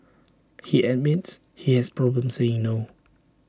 he admits he has problems saying no